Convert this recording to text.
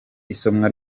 isomwa